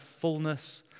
fullness